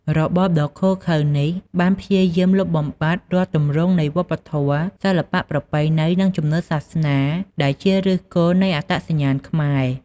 របបដ៏ឃោរឃៅនោះបានព្យាយាមលុបបំបាត់រាល់ទម្រង់នៃវប្បធម៌ សិល្បៈ ប្រពៃណី និងជំនឿសាសនា ដែលជាឫសគល់នៃអត្តសញ្ញាណខ្មែរ។